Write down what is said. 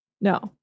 No